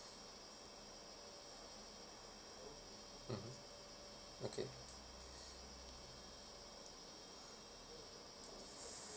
mmhmm okay